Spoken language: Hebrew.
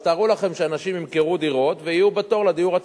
אז תארו לכם שאנשים ימכרו דירות ויהיו בתור לדיור הציבורי.